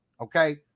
Okay